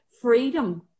freedom